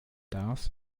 das